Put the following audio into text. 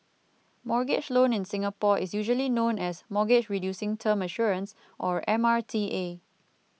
mortgage loan in Singapore is usually known as Mortgage Reducing Term Assurance or M R T A